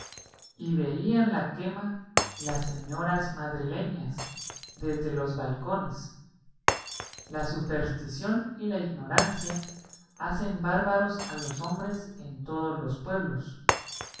y veían la quema las señoras madrileñas desde los balcones la superstición y la ignorancia hacen bárbaros a los hombres en todos los pueblos